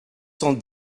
cent